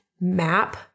map